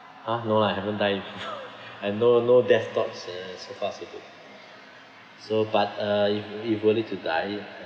!huh! no lah haven't die I've no no death thoughts uh so far so good so but uh if if really to die